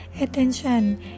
attention